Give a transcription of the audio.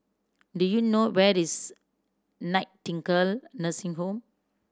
do you know where is Nightingale Nursing Home